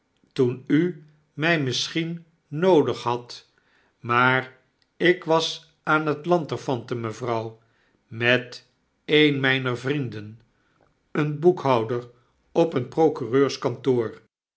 toen u mij misschien noodig hadt maar ik was aan t lanterfanten mevrouw met een mijner vrienden een boekhouder op een